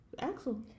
Axel